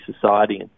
Society